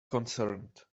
concerned